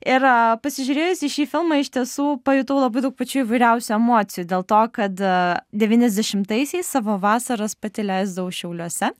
ir pasižiūrėjusi šį filmą iš tiesų pajutau labai daug pačių įvairiausių emocijų dėl to kad devyniasdešimtaisiais savo vasaras pati leisdavau šiauliuose